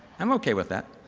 i'm okay with that.